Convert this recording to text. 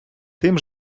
тим